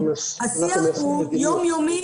השיח הוא יום יומי,